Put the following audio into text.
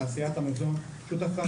תעשיית המזון שותפה.